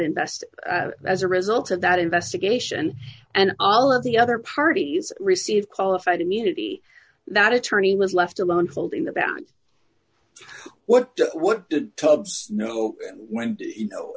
invest as a result of that investigation and all of the other parties received qualified immunity that attorney was left alone filled in the back what what did tubbs know when you know